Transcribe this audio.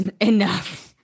Enough